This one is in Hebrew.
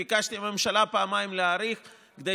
פעמיים ביקשתי מהממשלה להאריך כדי